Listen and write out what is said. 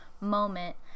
moment